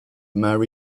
marry